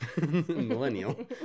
millennial